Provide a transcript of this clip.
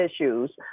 issues